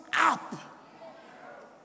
up